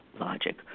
logic